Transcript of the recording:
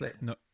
no